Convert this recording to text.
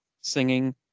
singing